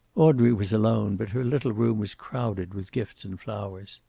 audrey was alone, but her little room was crowded with gifts and flowers.